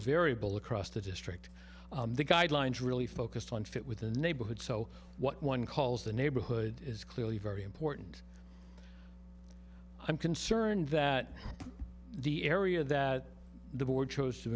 variable across the district the guidelines really focussed on fit with the neighborhood so what one calls the neighborhood is clearly very important i'm concerned that the area that the board chose to